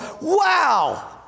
wow